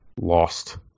lost